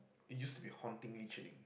used to be hauntingly chilling